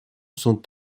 sont